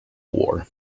war